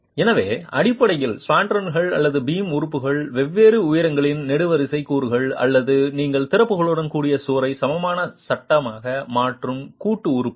எனவே அடிப்படையில் ஸ்பான்ரல்கள் அல்லது பீம் உறுப்புகள் வெவ்வேறு உயரங்களின் நெடுவரிசை கூறுகள் மற்றும் நீங்கள் திறப்புகளுடன் கூடிய சுவரை சமமான சட்டமாக மாற்றும் கூட்டு உறுப்புகள்